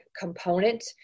component